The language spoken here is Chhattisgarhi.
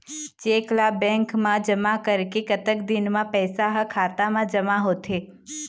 चेक ला बैंक मा जमा करे के कतक दिन मा पैसा हा खाता मा जमा होथे थे?